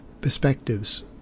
perspectives